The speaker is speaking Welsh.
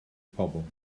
pobl